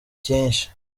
cyinshi